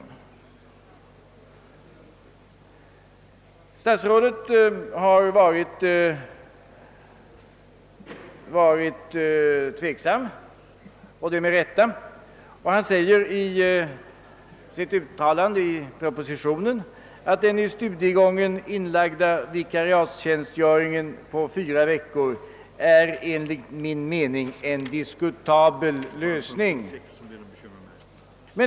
Statsrådet har också varit tveksam och det med rätta. Han framhåller i ett uttalande i propositionen, att »den i studiegången inlagda vikariatstjänstgöringen på fyra veckor är enligt min mening en diskutabel lösning».